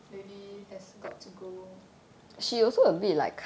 lady has got to go